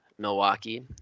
milwaukee